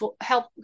help